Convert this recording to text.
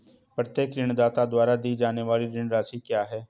प्रत्येक ऋणदाता द्वारा दी जाने वाली ऋण राशि क्या है?